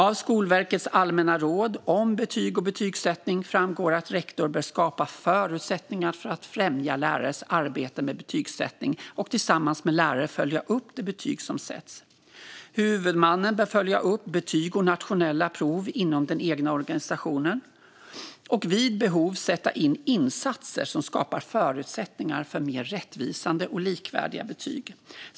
Av Skolverkets allmänna råd om betyg och betygsättning framgår att rektorn bör skapa förutsättningar för att främja lärares arbete med betygsättning och tillsammans med lärare följa upp de betyg som sätts. Huvudmannen bör följa upp betyg och nationella provbetyg inom den egna organisationen och vid behov sätta in insatser som skapar förutsättningar för mer rättvisande och likvärdiga betyg.